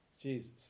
Jesus